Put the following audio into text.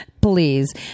please